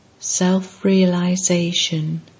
Self-realization